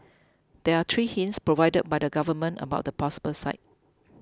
there are three hints provided by the government about the possible site